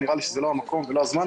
נראה לי שזה לא המקום ולא הזמן,